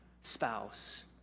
spouse